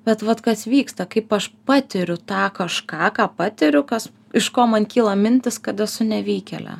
bet vat kas vyksta kaip aš patiriu tą kažką ką patiriu kas iš ko man kyla mintys kad esu nevykėlė